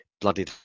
bloody